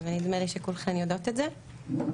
נדמה לי שכולכן יודעות את זה.